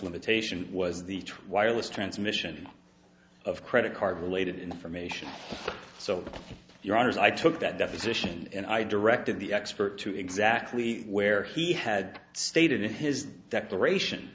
limitation was the twilight's transmission of credit card related information so your honor as i took that deposition and i directed the expert to exactly where he had stated in his declaration